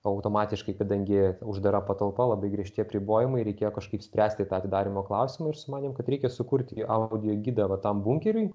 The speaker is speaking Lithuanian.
automatiškai kadangi uždara patalpa labai griežti apribojimai reikėjo kažkaip spręsti tą atidarymo klausimą ir sumanėm kad reikia sukurti audiogidą vat tam bunkeriui